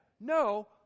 no